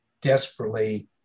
desperately